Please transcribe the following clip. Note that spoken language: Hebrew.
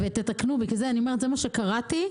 זה מה שקראתי